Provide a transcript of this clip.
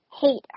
hate